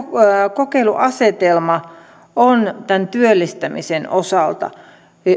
kokeiluasetelma on tämän työllistämisen osalta